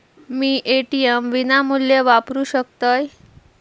मी ATM विनामूल्य वापरू शकतय?